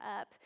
up